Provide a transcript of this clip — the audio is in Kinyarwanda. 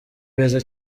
beza